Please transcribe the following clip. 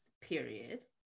period